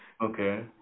Okay